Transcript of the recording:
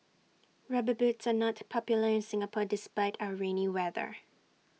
rubber boots are not popular in Singapore despite our rainy weather